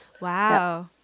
Wow